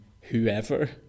whoever